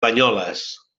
banyoles